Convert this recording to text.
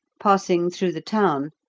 passing through the town,